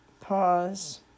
Pause